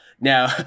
Now